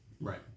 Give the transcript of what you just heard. right